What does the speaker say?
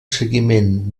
seguiment